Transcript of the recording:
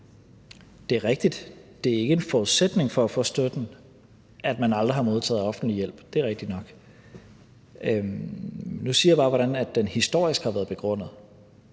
Det er rigtigt, at det ikke er en forudsætning for at få støtten, at man aldrig har modtaget offentlig hjælp; det er rigtigt nok. Nu siger jeg bare, hvordan den historisk har været begrundet.